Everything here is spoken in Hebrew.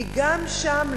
כי גם שם,